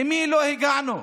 למי לא הגענו?